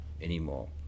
anymore